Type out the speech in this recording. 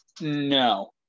no